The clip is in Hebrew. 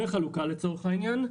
וחלוקה, לצורך העניין.